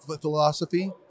philosophy